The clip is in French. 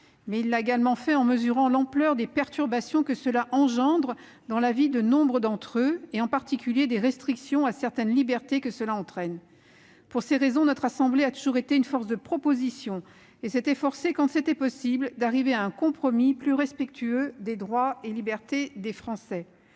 Mais il l'a également fait en mesurant l'ampleur des perturbations que cela engendre dans la vie de nombre d'entre eux, en particulier les restrictions à certaines libertés que cela provoque. Pour ces raisons, notre assemblée a toujours été force de proposition et s'est efforcée, quand c'était possible, de parvenir à un compromis plus respectueux des droits et libertés des Français.